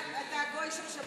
גברתי היושבת-ראש,